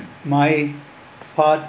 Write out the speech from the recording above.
my part